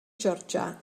georgia